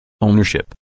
Ownership